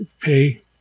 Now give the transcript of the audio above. pay